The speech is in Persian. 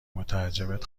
مترجمت